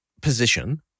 position